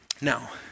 Now